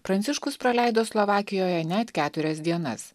pranciškus praleido slovakijoje net keturias dienas